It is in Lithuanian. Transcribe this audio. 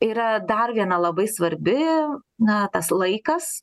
yra dar gana labai svarbi na tas laikas